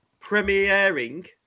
premiering